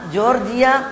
Georgia